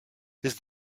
his